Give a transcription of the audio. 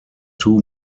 two